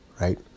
right